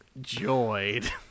joyed